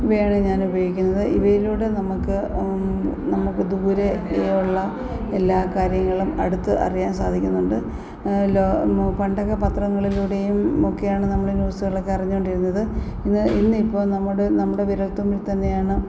ഇവയാണ് ഞാനുപയോഗിക്കുന്നത് ഇവയിലൂടെ നമുക്ക് നമുക്ക് ദൂരെയൊള്ള എല്ലാ കാര്യങ്ങളും അടുത്ത് അറിയാൻ സാധിക്കുന്നുണ്ട് ലോ പണ്ടൊക്കെ പത്രങ്ങളിലൂടെയും ഒക്കെയാണ് നമ്മള് ന്യൂസുകളൊക്കെ അറിഞ്ഞുകൊണ്ടിരുന്നത് ഇന്ന് ഇന്നിപ്പോൾ നമ്മുടെ നമ്മുടെ വിരൽത്തുമ്പിൽത്തന്നെയാണ്